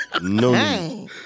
No